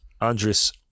Andres